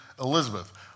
Elizabeth